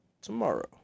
tomorrow